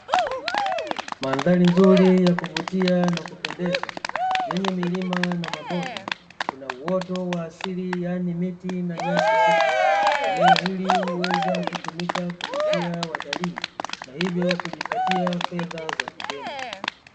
Mandhari nzuri ya kuvutia na kupendeza yenye milima na mabonde, kuna uoto wa asili yaani miti na nyasi fupi. Eneo hili huweza kutumika kuvutia watalii na hivyo kujipatia fedha za kigeni.